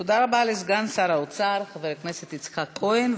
תודה רבה לסגן שר האוצר חבר הכנסת יצחק כהן.